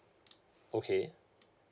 okay